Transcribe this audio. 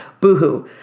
boohoo